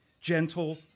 gentle